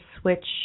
switch